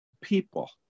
people